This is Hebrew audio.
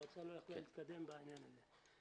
המועצה לא יכלה להתקדם בעניין הזה,